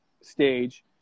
stage